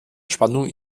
spannung